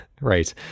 right